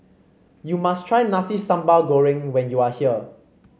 you must try Nasi Sambal Goreng when you are here